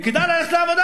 יהיה כדאי לה ללכת לעבודה.